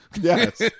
Yes